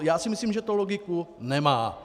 Já si myslím, že to loku nemá.